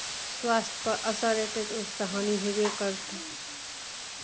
स्वास्थपर असर अयतै तऽ ओहिसँ तऽ हानि हेबे करतै